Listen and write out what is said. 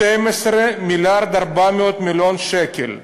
12 מיליארד ו-400 מיליון שקל,